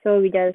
so we just